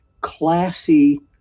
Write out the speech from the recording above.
classy